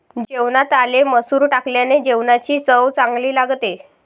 जेवणात आले मसूर टाकल्याने जेवणाची चव चांगली लागते